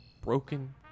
broken